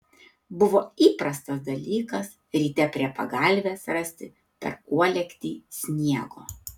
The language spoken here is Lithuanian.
buvo įprastas dalykas ryte prie pagalvės rasti per uolektį sniego